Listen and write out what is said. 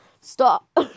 Stop